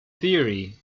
theory